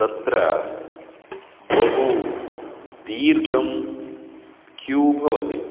तत्र बहु दीर्घं क्यू भवति